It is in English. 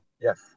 yes